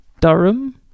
Durham